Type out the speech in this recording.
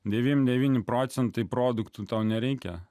devym devyni procentai produktų tau nereikia